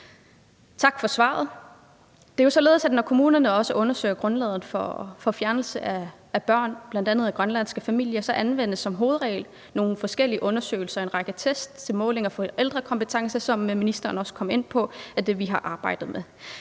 Tak for svaret. Det er jo således, at når kommunerne undersøger grundlaget for fjernelse af børn, bl.a. i grønlandske familier, anvendes som hovedregel nogle forskellige undersøgelser og en række test til måling af forældrekompetence, som ministeren også kom ind på er det, vi har arbejdet med.